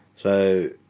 so